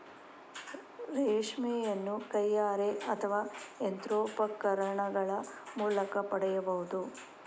ರೇಷ್ಮೆಯನ್ನು ಕೈಯಾರೆ ಅಥವಾ ಯಂತ್ರೋಪಕರಣಗಳ ಮೂಲಕ ಪಡೆಯಬಹುದು